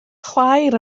chwaer